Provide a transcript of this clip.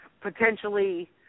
potentially